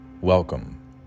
welcome